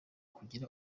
kugira